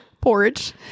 porridge